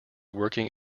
working